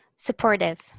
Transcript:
Supportive